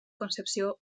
concepció